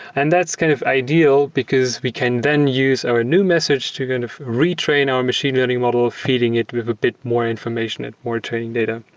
and that's kind of ideal, because we can then use our ah new message to kind of retrain our machine learning model feeding it with a bit more information and more training data.